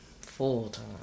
Full-time